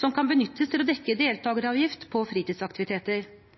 som kan benyttes til å dekke